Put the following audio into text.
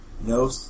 No